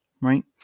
right